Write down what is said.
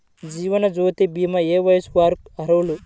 జీవనజ్యోతి భీమా ఏ వయస్సు వారు అర్హులు?